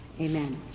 Amen